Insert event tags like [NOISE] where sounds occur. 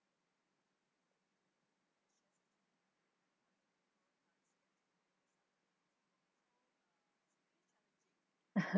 [LAUGHS]